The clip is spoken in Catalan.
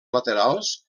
laterals